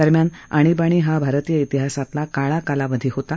दरम्यान आणीबाणी हा भारतीय प्तिहासातला काळा कालावधी होता